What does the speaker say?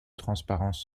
transparence